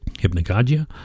hypnagogia